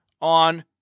on